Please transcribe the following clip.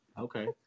Okay